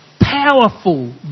Powerful